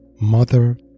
mother